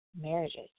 Marriages